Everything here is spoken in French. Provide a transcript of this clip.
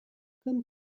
comme